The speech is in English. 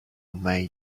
may